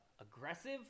aggressive